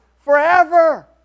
forever